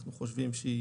אנחנו חושבים שהיא